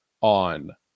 on